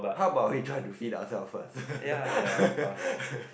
how about we try to feed ourselves first